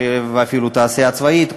ואפילו התעשייה הצבאית,